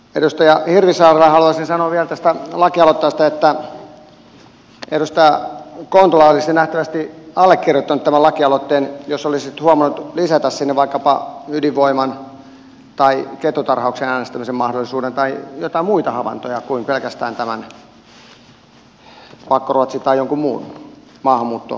edustaja hirvisaarelle haluaisin sanoa vielä tästä lakialoitteesta että edustaja kontula olisi nähtävästi allekirjoittanut tämän lakialoitteen jos olisit huomannut lisätä sinne vaikkapa ydinvoiman tai kettutarhauksen äänestämisen mahdollisuuden tai joitain muita havaintoja kuin pelkästään tämän pakkoruotsin maahanmuuttoon liittyvän tai jonkun muun kysymyksen